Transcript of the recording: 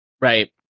Right